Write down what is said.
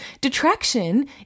Detraction